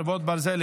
חרבות ברזל),